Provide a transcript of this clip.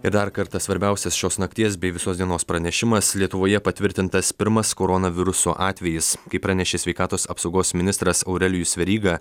ir dar kartą svarbiausias šios nakties bei visos dienos pranešimas lietuvoje patvirtintas pirmas koronaviruso atvejis kaip pranešė sveikatos apsaugos ministras aurelijus veryga